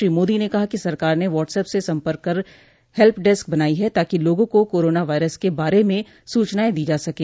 श्री मोदी ने कहा कि सरकार ने वाटसऐप से सम्पर्क कर हेल्पडेस्क बनाई है ताकि लोगों को कोरोना वायरस के बारे में सूचनाएं दी जा सकें